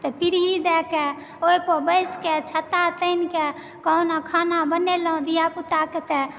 तऽ पीढ़ी दय कऽ ओहि पर बैस के छत्ता तानि कऽ कोहुना खाना बनेलहुॅं धियापुता के तऽ